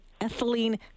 ethylene